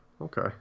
okay